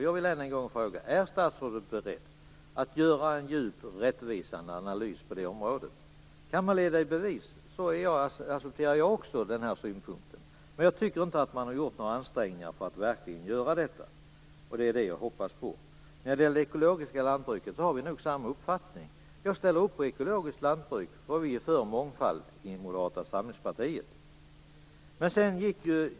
Jag vill än en gång fråga: Är statsrådet beredd att göra en djup och rättvisande analys på det området? Om man kan leda detta i bevis accepterar jag också den synpunkten, men jag tycker inte att man har gjort några ansträngningar för att verkligen göra detta. Det är det jag hoppas på. När det gäller det ekologiska lantbruket har vi nog samma uppfattning. Jag ställer upp på ekologiskt lantbruk, och vi i Moderata samlingspartiet är för mångfald.